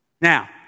Now